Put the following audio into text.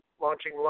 launching